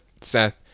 Seth